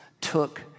took